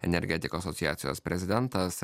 energetikos asociacijos prezidentas